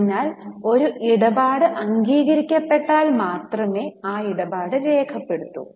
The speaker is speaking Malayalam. അതിനാൽ ഒരു ഇടപാട് അംഗീകരിക്കപെട്ടാൽ മാത്രമേ ഇടപാട് രേഖപ്പെടുത്തൂ